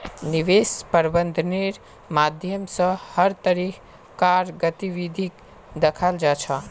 निवेश प्रबन्धनेर माध्यम स हर तरह कार गतिविधिक दखाल जा छ